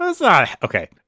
Okay